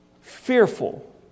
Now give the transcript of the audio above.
fearful